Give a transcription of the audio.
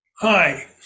Hi